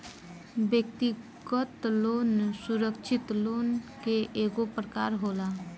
व्यक्तिगत लोन सुरक्षित लोन के एगो प्रकार होला